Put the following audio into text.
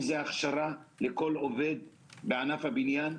אם זה הכשרה לכל עובד בענף הבניין.